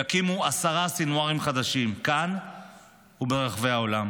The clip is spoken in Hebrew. יקומו עשרה סנווארים חדשים, כאן וברחבי העולם.